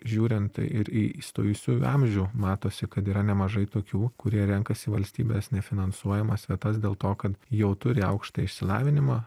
žiūrint ir į įstojusiųjų amžių matosi kad yra nemažai tokių kurie renkasi valstybės nefinansuojamas vietas dėl to kad jau turi aukštą išsilavinimą